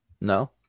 No